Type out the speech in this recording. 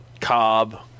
Cobb